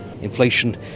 Inflation